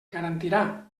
garantirà